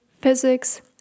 physics